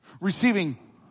Receiving